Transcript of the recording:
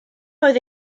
oedd